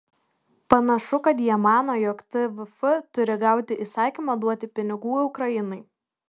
panašu kad jie mano jog tvf turi gauti įsakymą duoti pinigų ukrainai